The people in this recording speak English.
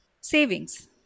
Savings